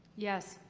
yes.